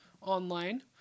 online